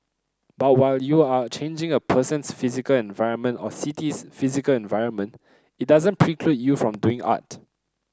but while you are changing a person's physical environment or city's physical environment it doesn't preclude you from doing art